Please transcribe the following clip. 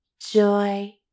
joy